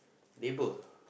label